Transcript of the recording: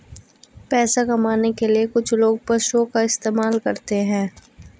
पैसा कमाने के लिए कुछ लोग पशुओं का इस्तेमाल करते हैं